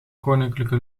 koninklijke